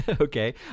Okay